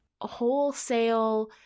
wholesale